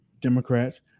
Democrats